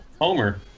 Homer